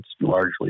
largely